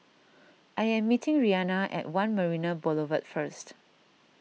I am meeting Rianna at one Marina Boulevard first